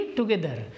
together